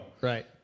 Right